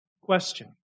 Question